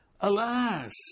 alas